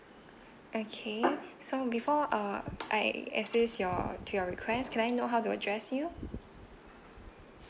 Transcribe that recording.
okay so before uh I assist your to your request can I know how to address you